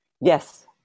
Yes